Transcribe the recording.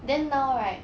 then now right